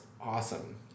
awesome